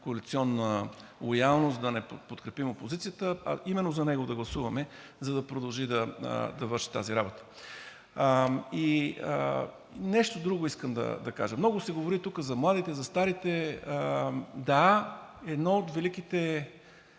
коалиционна лоялност да не подкрепим опозицията, а именно за него да гласуваме, за да продължи да върши тази работа. И нещо друго искам да кажа. Много се говори тук за младите, за старите. Да, една от великите